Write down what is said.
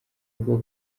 bwo